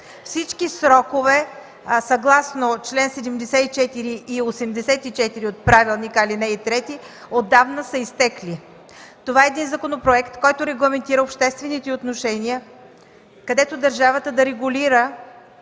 Всички срокове съгласно чл. 74 и 84 от Правилника – ал. 3, отдавна са изтекли. Това е един законопроект, който регламентира обществените отношения, където държавата да регулира